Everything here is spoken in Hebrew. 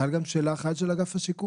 חייל גם שלך וחייל גם של אגף השיקום.